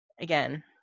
again